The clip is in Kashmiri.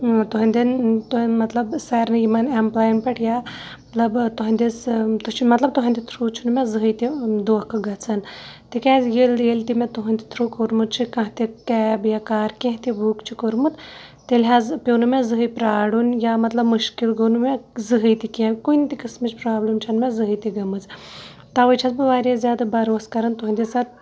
تُہٕنٛدٮ۪ن تۄہہِ مطلب سارنٕے یِمَن اٮ۪مپلایَن پٮ۪ٹھ یا مطلب تُہٕنٛدِس تُہۍ چھُو مطلب تُہٕنٛدِ تھرٛوٗ چھِنہٕ مےٚ زٕہٕنۍ تہِ دھوکہٕ گژھان تِکیٛازِ ییٚلہِ ییٚلہِ تہِ مےٚ تُہٕنٛدِ تھرٛوٗ کوٚرمُت چھِ کانٛہہ تہِ کیب یا کار کینٛہہ تہِ بُک چھِ کوٚرمُت تیٚلہِ حظ پیوٚو نہٕ مےٚ زٕہٕنۍ پرٛارُن یا مطلب مُشکل گوٚو نہٕ مےٚ زٕہٕنۍ تہِ کیںٛہہ کُنہِ تہِ قٕسمٕچ پرٛابلِم چھَنہٕ مےٚ زٕہٕنۍ تہِ گٔمٕژ تَوَے چھَس بہٕ واریاہ زیادٕ بروس کَران تُہنٛدِس اَتھ